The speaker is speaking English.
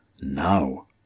now